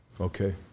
Okay